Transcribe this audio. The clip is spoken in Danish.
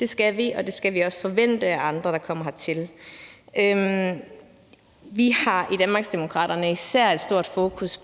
Det skal vi, og det skal vi også forvente af andre, der kommer hertil. Vi i Danmarksdemokraterne har især et stort fokus